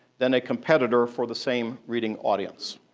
than a competitor for the same reading audience.